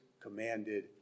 commanded